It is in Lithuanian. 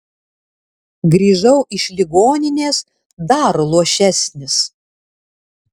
grįžau iš ligoninės dar luošesnis